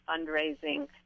fundraising